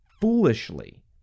foolishly